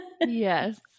Yes